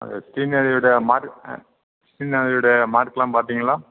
அந்த ஸ்ரீநாத்தோட மார்க் ஆ ஸ்ரீநாத்தோட மார்க்குலாம் பார்த்திங்களா